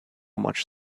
much